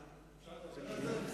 אפשר לדבר על זה?